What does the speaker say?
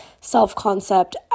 self-concept